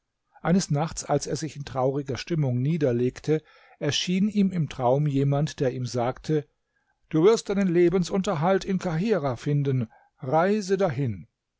eines nachts als er sich in trauriger stimmung niederlegte erschien ihm im traum jemand der ihm sagte du wirst deinen lebensunterhalt in kahirah finden reise dahin